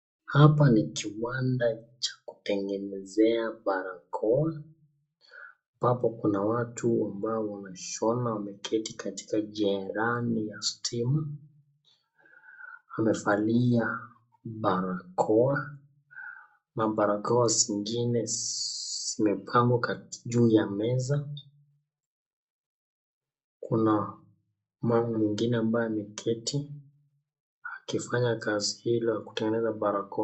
Hapa ni kiwanda cha kutengenezea barakoa hapo kuna watu ambao wanshona wameketi katika cherehani ya stima. Wamevalia barakoa na barakao zingine zimepangwa juu ya meza. Kuna mama mwingine ambaye ameketi akifanya kazi hiyo ya barakoa.